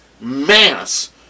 Mass